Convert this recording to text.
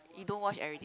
you don't wash everyday